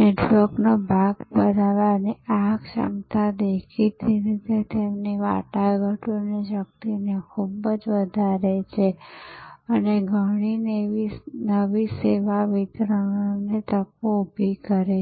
નેટવર્કનો ભાગ બનવાની આ ક્ષમતાદેખીતી રીતે તેમની વાટાઘાટોની શક્તિને ખૂબ વધારે છે અને ઘણી નવી સેવા વિતરણ તકો ઊભી કરે છે